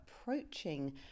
approaching